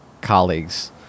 colleagues